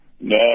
no